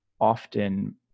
often